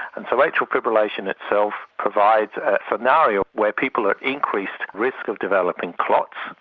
and so atrial fibrillation itself provides a scenario where people are at increased risk of developing clots,